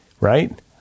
right